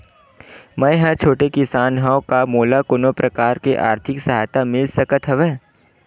मै ह छोटे किसान हंव का मोला कोनो प्रकार के आर्थिक सहायता मिल सकत हवय?